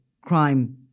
crime